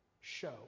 show